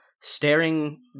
staring